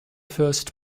first